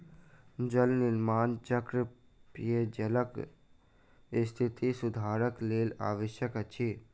जल निर्माण चक्र पेयजलक स्थिति सुधारक लेल आवश्यक अछि